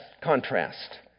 contrast